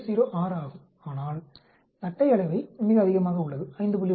06 ஆகும் ஆனால் தட்டை அளவை மிக அதிகமாக உள்ளது 5